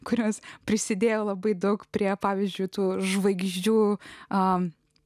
kurios prisidėjo labai daug prie pavyzdžiui tų žvaigždžių a